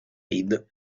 reed